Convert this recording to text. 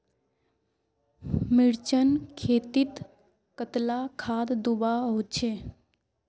मिर्चान खेतीत कतला खाद दूबा होचे?